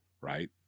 right